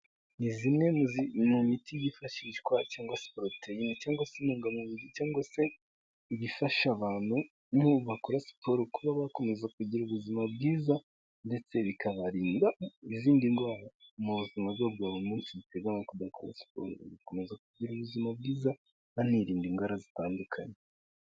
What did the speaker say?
ni zimwe mu miti yifashishwa cyangwa siporoteyine cyangwa se intungamubiri cyangwa se ibifasha abantu'ubu bakora siporo kuba bakomeza kugira ubuzima bwiza ndetsekanarinda izindi buzima munsi giteganya kudakora siporo zikomeza kugira ubuzima bwiza banirinda indwara zitandukanye